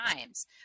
times